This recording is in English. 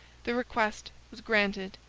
the request was granted.